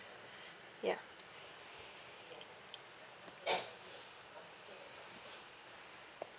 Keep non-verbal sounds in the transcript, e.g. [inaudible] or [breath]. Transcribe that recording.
ya [breath]